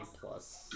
plus